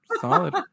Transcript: Solid